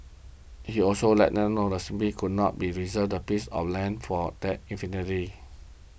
he also let them know that he simply could not be reserve that piece of land for them indefinitely